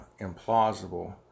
implausible